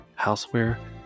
houseware